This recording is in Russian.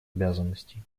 обязанностей